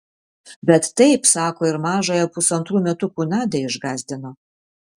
bet taip sako ir mažąją pusantrų metukų nadią išgąsdino